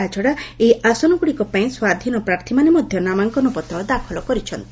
ଏହାଛଡା ଏହି ଆସନଗୁଡିକ ପାଇଁ ସ୍ୱାଧୀନପ୍ରାର୍ଥୀମାନେ ମଧ୍ଧ ନାମାଙ୍କନପତ୍ର ଦାଖଲ କରିଛନ୍ତି